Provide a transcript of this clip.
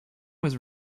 was